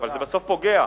אבל בסוף זה פוגע.